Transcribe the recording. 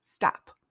Stop